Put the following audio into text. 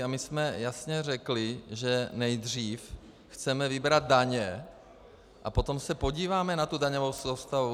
A my jsme jasně řekli, že nejdřív chceme vybrat daně a potom se podíváme na tu daňovou soustavu.